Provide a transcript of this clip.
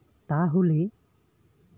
ᱛᱟᱦᱚᱞᱮ